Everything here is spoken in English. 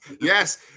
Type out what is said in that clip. Yes